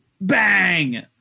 Bang